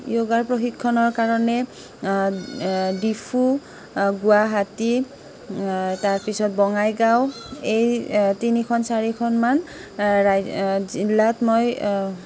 যোগৰ প্ৰশিক্ষণৰ কাৰণে ডিফু গুৱাহাটী তাৰপিছত বঙাইগাঁও এই তিনিখন চাৰিখনমান ৰা জিলাত মই